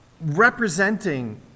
representing